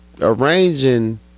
arranging